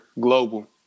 global